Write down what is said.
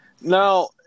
Now